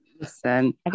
listen